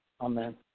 Amen